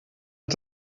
hat